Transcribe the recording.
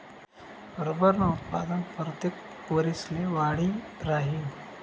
रबरनं उत्पादन परतेक वरिसले वाढी राहीनं